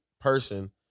person